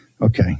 okay